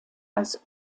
als